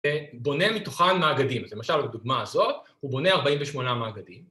‫בונה מתוכן מאגדים. ‫זו, למשל, הדוגמה הזאת, ‫הוא בונה 48 מאגדים.